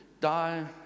die